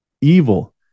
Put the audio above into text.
evil